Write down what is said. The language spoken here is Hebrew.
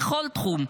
בכל תחום,